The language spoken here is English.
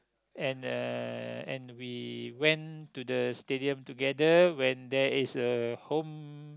and uh and we went to the stadium together when there is a home